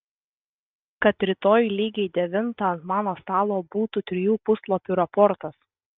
kad rytoj lygiai devintą ant mano stalo būtų trijų puslapių raportas